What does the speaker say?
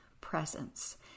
presence